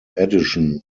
edition